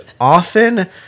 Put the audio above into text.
often